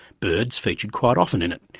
birds featured quite often in it,